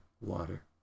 water